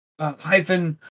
hyphen